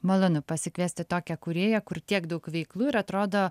malonu pasikviesti tokią kūrėją kur tiek daug veiklų ir atrodo